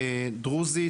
דרוזית,